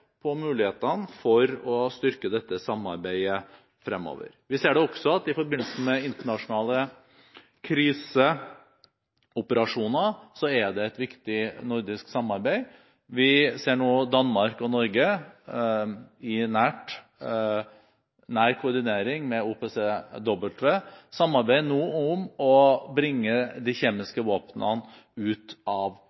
på mulighetene for å styrke dette samarbeidet fremover. Vi ser også at i forbindelse med internasjonale kriseoperasjoner er det et viktig nordisk samarbeid. Vi ser at Danmark og Norge, i nær koordinering med OPCW, nå samarbeider om å bringe de